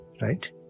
right